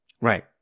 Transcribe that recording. Right